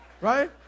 Right